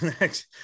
Next